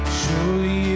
surely